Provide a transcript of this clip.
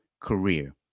career